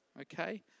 Okay